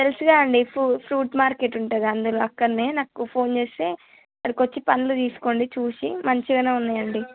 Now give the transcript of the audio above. తెలుసుగా అండి fruit market ఉంటుంది అందులో అక్కడ నాకు ఫోన్ చేస్తే అక్కడికి వచ్చి పళ్ళు తీసుకోండి చూసి మంచిగా ఉన్నాయండి